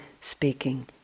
speaking